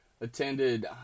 attended